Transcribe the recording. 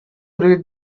read